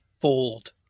fold